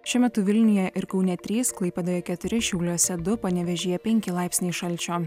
šiuo metu vilniuje ir kaune trys klaipėdoje keturi šiauliuose du panevėžyje penki laipsniai šalčio